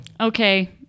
okay